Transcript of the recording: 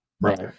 Right